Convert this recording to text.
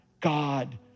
god